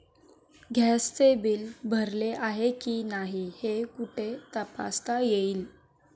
गॅसचे बिल भरले आहे की नाही हे कुठे तपासता येईल?